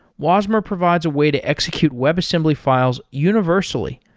wasmer provides a way to execute webassembly files universally.